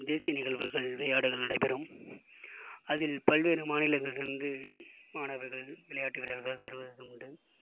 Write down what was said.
தேசிய நிகழ்வுகள் விளையாட்டுகள் நடைபெறும் அதில் பல்வேறு மாநிலங்களில் இருந்து மாணவர்கள் விளையாட்டு வீரர்கள் வருவது உண்டு